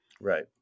Right